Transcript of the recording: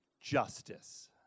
justice